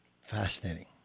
Fascinating